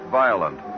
violent